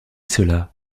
cela